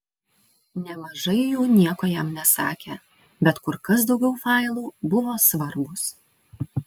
nemažai jų nieko jam nesakė bet kur kas daugiau failų buvo svarbūs